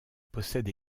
possède